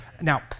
Now